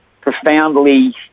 profoundly